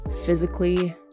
physically